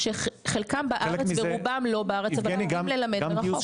חלקם בארץ אבל רובם לא בארץ, יכולים ללמד מרחוק.